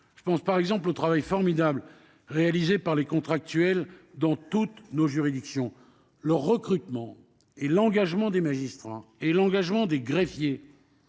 Je pense par exemple au travail formidable réalisé par les contractuels dans toutes nos juridictions. Leur recrutement, ainsi que l'engagement des magistrats et des greffiers,